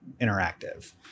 Interactive